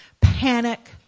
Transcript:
panic